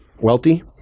Wealthy